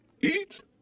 eat